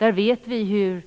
Vi vet hur